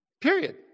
Period